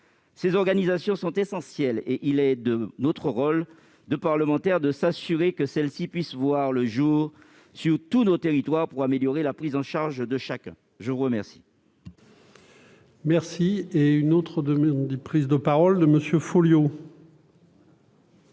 Ces organisations sont essentielles et il est de notre rôle de parlementaires de nous assurer qu'elles puissent voir le jour sur tous nos territoires pour améliorer la prise en charge de chacun. La parole